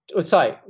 sorry